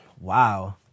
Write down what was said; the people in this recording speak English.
Wow